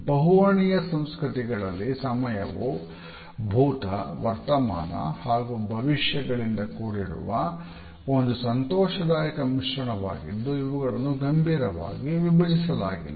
ಬಹುವರ್ಣೀಯ ಸಂಸ್ಕೃತಿಗಳಲ್ಲಿ ಸಮಯವು ಭೂತ ವರ್ತಮಾನ ಹಾಗೂ ಭವಿಷ್ಯ ಗಳಿಂದ ಕೂಡಿರುವ ಒಂದು ಸಂತೋಷದಾಯಕ ಮಿಶ್ರಣವಾಗಿದ್ದು ಇವುಗಳನ್ನು ಗಂಭೀರವಾಗಿ ವಿಭಜಿಸಲಾಗಿಲ್ಲ